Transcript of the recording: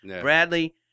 Bradley